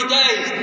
days